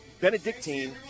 Benedictine